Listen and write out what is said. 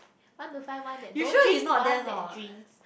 want to find one that don't drinks one that drinks